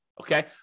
okay